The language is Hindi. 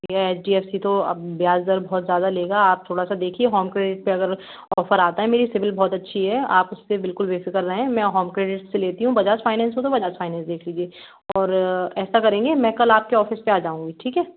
भैया एच डी एफ़ सी तो ब्याज दर बहुत ज़्यादा लेगा आप थोड़ा सा देखिए हौम क्रेडिट पे अगर ऑफ़र आता है तो मेरी सिविल बहुत अच्छी है आप उसपे बिल्कुल भी बेफ़िक्र रहें मैं हौम क्रेडिट से लेती हूँ बजाज फ़ाइनेन्स हो तो बजाज फ़ाइनेन्स देख लीजिए और ऐसा करेंगे मैं कल आपके ऑफ़िस पे आ जाऊँगी ठीक है